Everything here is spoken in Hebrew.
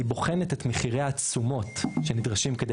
היא בוחנת את מחירי התשומות שנדרשים כדי